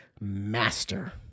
master